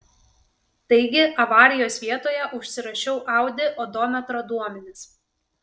taigi avarijos vietoje užsirašiau audi odometro duomenis